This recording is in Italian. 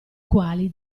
quali